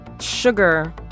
sugar